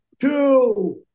Two